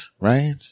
right